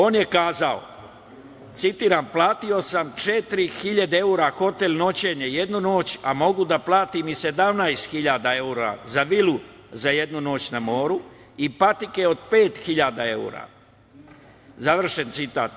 On je kazao, citiram – platio sam četiri hiljade evra hotel noćenje, jednu noć, a mogu da platim i 17 hiljada evra za jednu vilu za jednu noć na moru i patike od pet hiljada evra, završen citat.